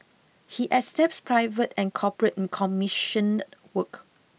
he accepts private and corporate commissioned work